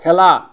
খেলা